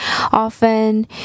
Often